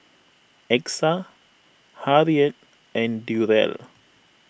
Exa Harriette and Durrell